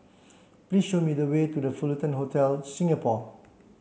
please show me the way to The Fullerton Hotel Singapore